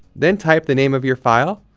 then type the name of your file,